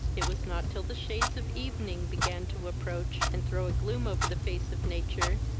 it was not till the shades of evening began to approach, and throw a gloom over the face of nature,